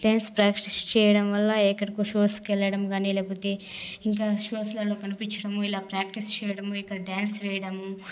dance practice చేయడం వల్ల ఎక్కడికో షోష్కి వెళ్లడం కాని లేకపోతే ఇంకా షోస్లో కనిపించడము ఇలా ప్రాక్టీస్ చేయడం ఇంకా డ్యాన్స్ చేయడం